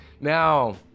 Now